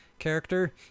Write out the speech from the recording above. character